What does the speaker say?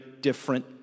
different